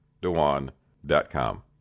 Dewan.com